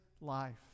life